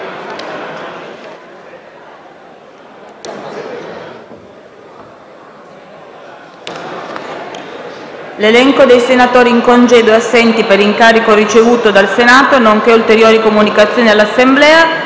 L'elenco dei senatori in congedo e assenti per incarico ricevuto dal Senato, nonché ulteriori comunicazioni all'Assemblea